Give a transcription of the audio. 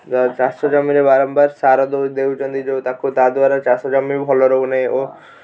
ଚାଷ ଜମିରେ ବାରମ୍ବାର ସାର ଦେଉଛନ୍ତି ଯେଉଁ ତାକୁ ତାଦ୍ୱାରା ଚାଷ ଜମି ଭଲ ରହୁନାହିଁ ଓ